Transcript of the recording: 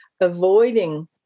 avoiding